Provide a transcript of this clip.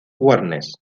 warnes